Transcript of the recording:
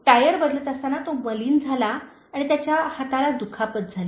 tyre बदलत असताना तो मलीन झाला आणि त्याच्या हाताला दुखापत झाली